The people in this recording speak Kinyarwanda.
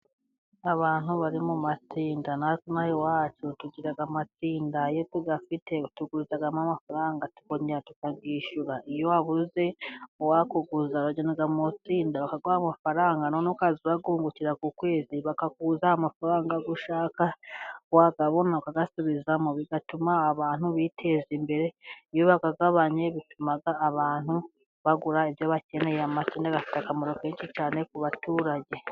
Abantu bari mu matsinda, natwe inaha iwacu tugira amatinda, iyo tudafite tuguzamo amafaranga tukongera tukayishyura, iyo wabuze uwakuguza uragenda mw'itsinda bakaguha amafaranga, noneho ukazajya urayungukira ku kwezi bakakuguza amafaranga ushaka wayabona ukayasubizamo bigatuma abantu biteza imbere, iyo bayagabanye bituma abantu bagura ibyo bakeneye, amatsinda bafite akamaro kenshi cyane ku baturage.